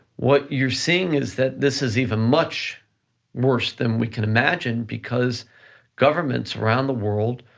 what you're seeing is that this is even much worse than we can imagine, because governments around the world,